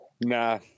Nah